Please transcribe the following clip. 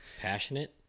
Passionate